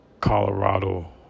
Colorado